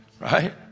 right